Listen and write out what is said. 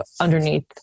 underneath